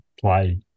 play